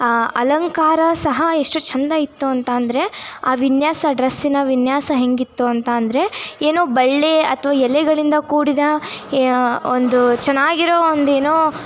ಅಲಂಕಾರ ಸಹ ಎಷ್ಟು ಚೆಂದ ಇತ್ತು ಅಂತ ಅಂದರೆ ಆ ವಿನ್ಯಾಸ ಆ ಡ್ರೆಸ್ಸಿನ ವಿನ್ಯಾಸ ಹೇಗಿತ್ತು ಅಂತ ಅಂದರೆ ಏನೋ ಬಳ್ಳಿ ಅಥ್ವಾ ಎಲೆಗಳಿಂದ ಕೂಡಿದ ಒಂದು ಚೆನ್ನಾಗಿರೋ ಒಂದು ಏನೋ